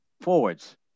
forwards